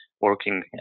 working